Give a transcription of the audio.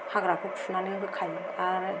हाग्रखौ फुनानै होखायो आरो